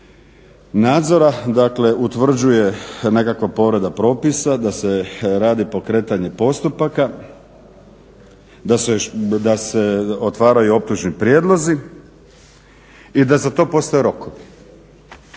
dakle utvrđuje nekakva povreda propisa, da se radi pokretanje postupaka, da se otvaraju optužni prijedlozi i da za to postoje rokovi,